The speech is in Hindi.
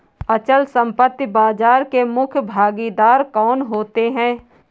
अचल संपत्ति बाजार के मुख्य भागीदार कौन होते हैं?